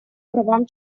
правам